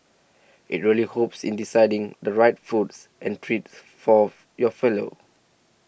it really holps in deciding the right foods and treats for your fellow